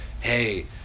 hey